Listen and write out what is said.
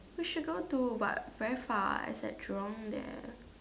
we should go do but very far is at Jurong there